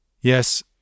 Yes